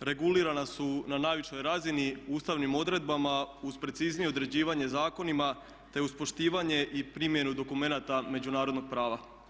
regulirana su na najvišoj razini ustavnim odredbama uz preciznije određivanje zakonima te uz poštivanje i primjenu dokumenata međunarodnog prava.